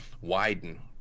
widen